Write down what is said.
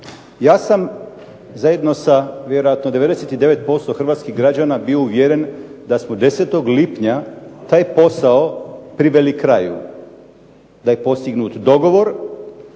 ja sam zajedno sa vjerojatno 99% hrvatskih građana bio uvjeren da smo 10. lipnja taj posao priveli kraju. Da je postignut dogovor,